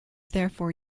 therefore